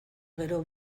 gero